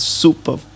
super